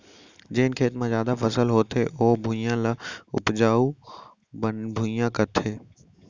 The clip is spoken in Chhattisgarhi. जेन खेत म जादा फसल होथे ओ भुइयां, ल उपजहा भुइयां कथें